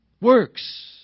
Works